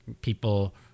people